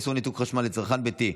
איסור ניתוק חשמל לצרכן ביתי),